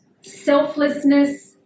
selflessness